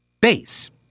base